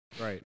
Right